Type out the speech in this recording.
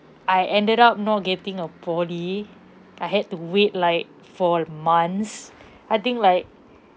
I ended up not getting a poly I had to wait like for months I think like